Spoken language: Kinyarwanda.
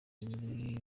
nyiri